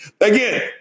Again